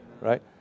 right